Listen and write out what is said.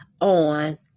on